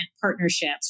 partnerships